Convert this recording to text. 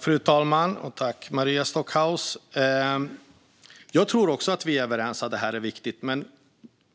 Fru talman! Jag tror att vi är överens om att det här är viktigt.